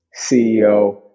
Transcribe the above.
CEO